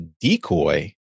decoy